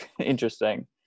interesting